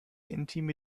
intime